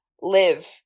live